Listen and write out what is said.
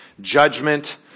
judgment